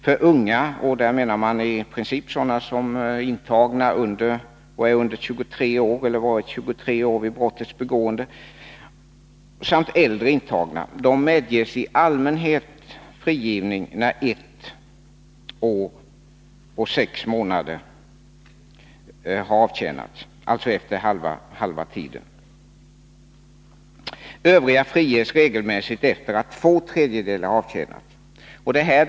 För unga intagna — och därmed menar man i princip sådana som är under 23 år eller varit 23 år vid brottets begående — samt äldre intagna medger man i allmänhet frigivning då ett år och sex månader har avtjänats, alltså efter halva tiden. Övriga friges regelmässigt efter det att två tredjedelar av strafftiden har avtjänats.